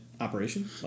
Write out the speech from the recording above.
operation